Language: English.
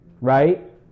right